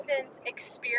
experience